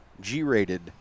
G-rated